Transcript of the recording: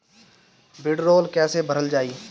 भीडरौल कैसे भरल जाइ?